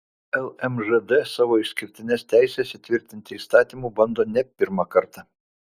lmžd savo išskirtines teises įtvirtinti įstatymu bando ne pirmą kartą